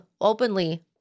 openly